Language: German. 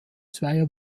zweier